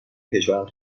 کشورم